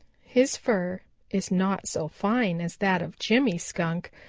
his fur is not so fine as that of jimmy skunk,